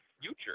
future